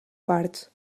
parts